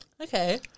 Okay